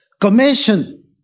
Commission